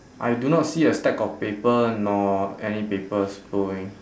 I do not see a stack of paper nor any papers blowing